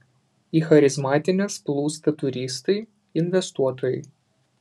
į charizmatines plūsta turistai investuotojai